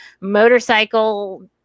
motorcycle